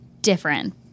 different